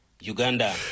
Uganda